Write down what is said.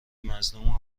مظلوم